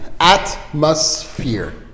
Atmosphere